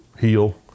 heal